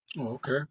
okay